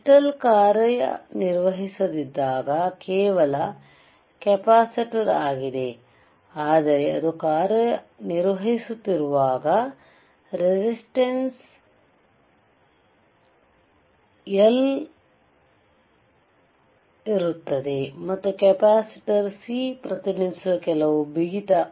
crystal ಕಾರ್ಯನಿರ್ವಹಿಸದಿದ್ದಾಗ ಕೇವಲ capacitor ಆಗಿದೆ ಆದರೆ ಅದು ಕಾರ್ಯನಿರ್ವಹಿಸುತ್ತಿರುವಾಗ ರೆಸಿಸ್ಟಂಸ್ ಆಂತರಿಕ ಘರ್ಷಣೆಯ ಕಂಪನದಿಂದಾಗಿ L ಕೃಸ್ಟಾಲ್ ಜಡತ್ವವನ್ನು ಸೂಚಿಸಿದರೆ ದ್ರವ್ಯರಾಶಿಯ ಕಾರಣ ಇರುತ್ತದೆ ಮತ್ತು ಕೆಪಾಸಿಟರ್ C ಪ್ರತಿನಿಧಿಸುವ ಕೆಲವು ಬಿಗಿತ